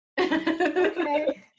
Okay